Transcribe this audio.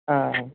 ஆ ஆ